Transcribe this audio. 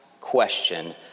question